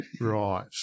Right